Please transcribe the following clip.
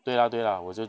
对 lah 对 lah 我就